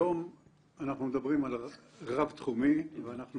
היום אנחנו מדברים על רב-תחומי ואנחנו